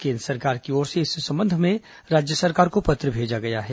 केन्द्र सरकार की ओर से इस संबंध में राज्य सरकार को पत्र भेजा गया है